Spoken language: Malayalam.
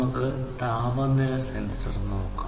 നമുക്ക് താപനില സെൻസർ നോക്കാം